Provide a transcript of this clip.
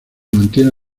mantiene